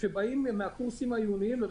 אני לא רואה את זה מוטמע.